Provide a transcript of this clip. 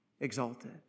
exalted